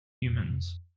humans